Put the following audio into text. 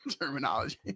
terminology